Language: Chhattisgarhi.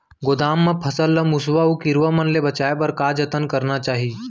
गोदाम मा फसल ला मुसवा अऊ कीरवा मन ले बचाये बर का जतन करना चाही?